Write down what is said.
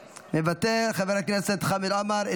חבר הכנסת חמד עמאר,